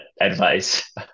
advice